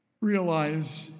realize